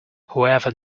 whoever